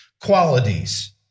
qualities